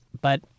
But-